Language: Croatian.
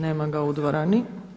Nema ga u dvorani.